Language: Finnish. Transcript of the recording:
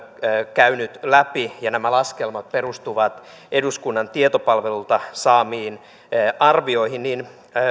käynyt nämä läpi ja että nämä laskelmat perustuvat eduskunnan tietopalvelulta saatuihin arvioihin niin